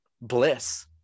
bliss